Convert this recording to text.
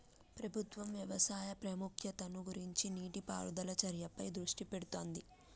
ప్రభుత్వం వ్యవసాయ ప్రాముఖ్యతను గుర్తించి నీటి పారుదల చర్యలపై దృష్టి పెడుతాంది